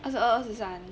二十二二十三